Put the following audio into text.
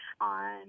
on